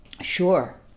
Sure